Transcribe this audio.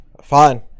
fine